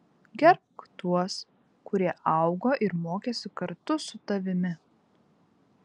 gerbk tuos kurie augo ir mokėsi kartu su tavimi